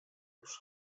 już